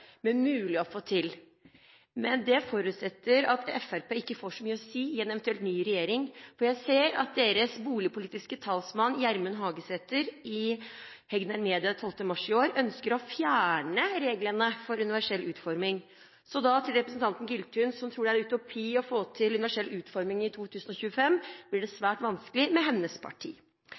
med universell utforming. Regjeringens visjon er at Norge skal være universelt utformet innen 2025. Det er svært ambisiøst, men mulig å få til. Det forutsetter at Fremskrittspartiet ikke får så mye å si i en eventuell ny regjering, for jeg ser at deres boligpolitiske talsmann, Gjermund Hagesæter, i Hegnar Media 12. mars i år ønsker å fjerne reglene for universell utforming. Representanten Giltun tror det er en utopi å få til universell utforming i 2025 – det blir svært